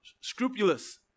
scrupulous